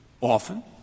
often